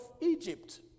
Egypt